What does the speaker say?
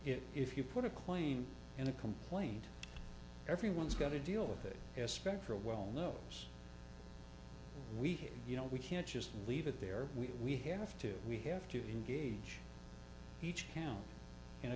it if you put a claim in a complaint everyone's got to deal with it as spectral well knows we you know we can't just leave it there we have to we have to engage each count in a